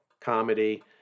comedy